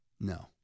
No